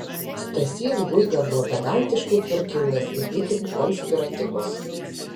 stasys guiga buvo pedantiškai tvarkingas ir itin konspiratyvus